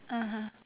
(uh huh)